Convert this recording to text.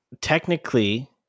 Technically